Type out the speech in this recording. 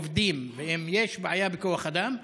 ואם יש בעיה בכוח אדם,